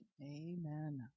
Amen